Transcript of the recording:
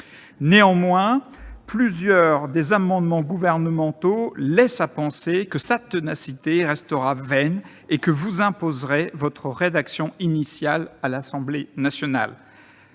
Néanmoins, plusieurs de vos amendements laissent à penser que sa ténacité restera vaine et que vous imposerez votre rédaction initiale à l'Assemblée nationale.